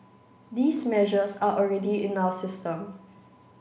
these measures are already in our system